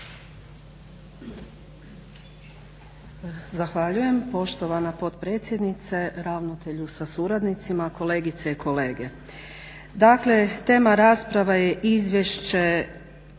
Zahvaljujem poštovana potpredsjednice, ravnatelju sa suradnicima, kolegice i kolege.